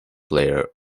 player